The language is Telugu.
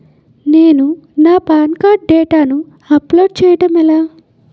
నేను నా పాన్ కార్డ్ డేటాను అప్లోడ్ చేయడం ఎలా?